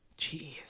Jeez